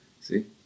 See